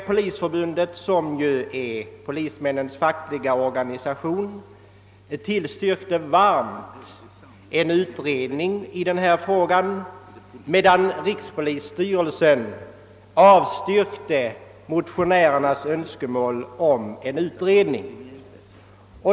Polisförbundet, som ju är polismännens fackliga organisation, tillstyrkte varmt en utredning i denna fråga, medan rikspolisstyrelsen avstyrkte motionärernas förslag om en utredning.